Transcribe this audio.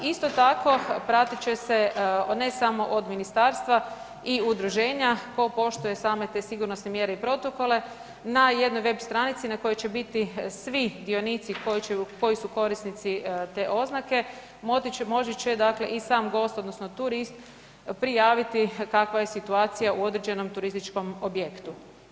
Isto tako, pratit će se ne samo od Ministarstva i udruženja, ko poštuje same te sigurnosne mjere i protokole na jednoj web stranici na kojoj će biti svi dionici koji su korisnici te oznake, moći će dakle i sam gost odnosno turist prijaviti kakva je situacija u određenom turističkom objektu.